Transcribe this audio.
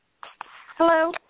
Hello